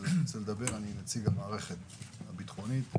אני נציג המערכת הביטחונית.